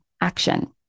action